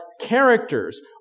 characters